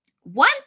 one